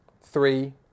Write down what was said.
three